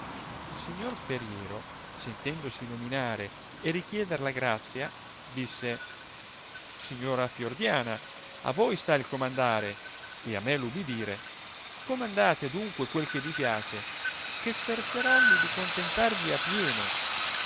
il signor ferier sentendosi nominare e richieder la grazia disse signora fiordiana a voi sta il comandare e a me l'ubidire comandate adunque quel che vi piace che sforzerommi di contentarvi a pieno